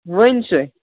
ؤنۍ سہ